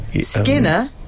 Skinner